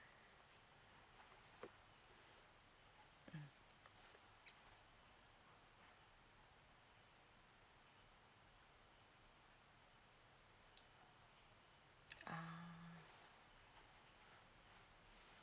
uh